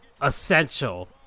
essential